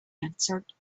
answered